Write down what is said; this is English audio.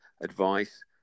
advice